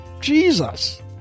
Jesus